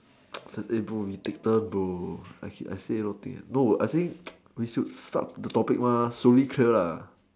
eh bro we take turns bro I keep I say a lot of things no I saying we should start the topic mah slowly clear lah